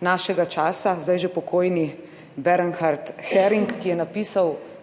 našega časa, zdaj že pokojni Bernhard Häring, ki je napisal